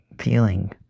feeling